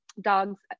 dogs